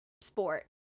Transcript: sport